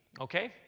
Okay